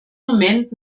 moment